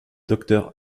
docteur